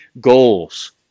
goals